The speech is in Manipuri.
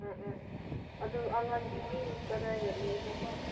ꯎꯝ ꯎꯝ ꯑꯗꯨ ꯑꯉꯥꯡꯒꯤꯗꯤ ꯀꯗꯥꯏꯗ ꯂꯩꯕ꯭ꯔꯥꯀꯣ